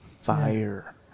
fire